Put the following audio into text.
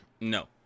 No